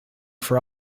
for